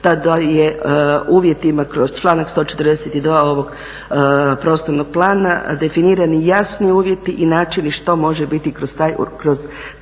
tada je uvjetima kroz članak 142. ovog prostornog plana definirani jasni uvjeti i načini što može biti kroz